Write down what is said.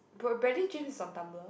Bra~ Bradley James is on Tumblr